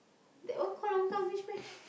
that one call longkang fish meh